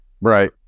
Right